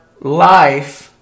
life